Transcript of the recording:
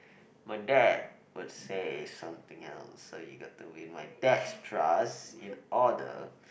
my dad would say something else so you got to win my dad's trust in all the